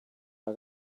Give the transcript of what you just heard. are